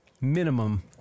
minimum